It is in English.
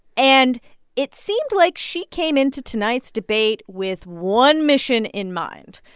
and it seemed like she came into tonight's debate with one mission in mind,